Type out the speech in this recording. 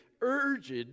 urged